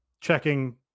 checking